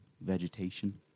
vegetation